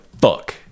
fuck